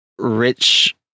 rich